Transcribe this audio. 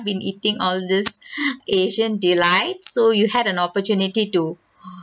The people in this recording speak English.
been eating all this asian delight so you had an opportunity to